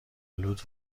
آلود